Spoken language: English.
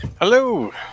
Hello